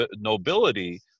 nobility